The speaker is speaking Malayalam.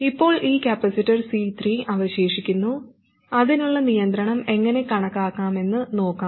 ഇപ്പോൾ ഈ കപ്പാസിറ്റർ C3 അവശേഷിക്കുന്നു അതിനുള്ള നിയന്ത്രണം എങ്ങനെ കണക്കാക്കാമെന്ന് നോക്കാം